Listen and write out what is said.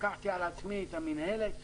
לקחתי על עצמי את המינהלת.